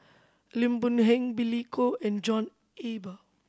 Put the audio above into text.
Lim Boon Heng Billy Koh and John Eber